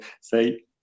say